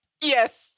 yes